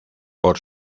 por